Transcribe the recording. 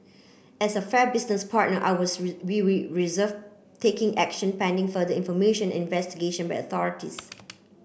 as a fair business partner I was we we reserve taking action pending further information and investigation by the authorities